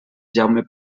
jaume